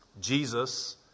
Jesus